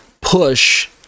push